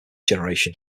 generation